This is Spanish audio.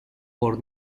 por